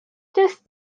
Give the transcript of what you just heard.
just